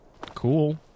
cool